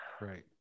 Right